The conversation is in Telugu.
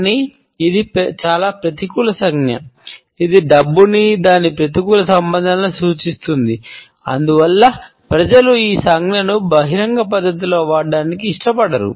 కానీ ఇది చాలా ప్రతికూల సంజ్ఞ ఎందుకంటే ఇది డబ్బును దాని ప్రతికూల సంబంధాలను సూచిస్తుంది అందువల్ల ప్రజలు ఈ సంజ్ఞను బహిరంగ పద్ధతిలో వాడటానికి ఇష్టపడరు